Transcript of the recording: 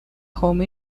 home